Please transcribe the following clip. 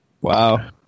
Wow